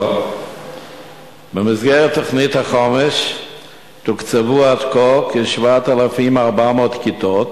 במסגרת תוכנית החומש תוקצבו עד כה כ-7,400 כיתות,